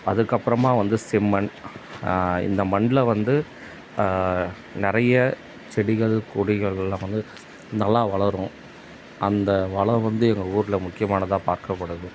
அதுக்கப்புறமா வந்து செம்மண் இந்த மண்ணில் வந்து நிறைய செடிகள் கொடிகளெல்லாம் வந்து நல்லா வளரும் அந்த வளம் வந்து எங்கள் ஊரில் முக்கியமானதாக பார்க்கப்படுது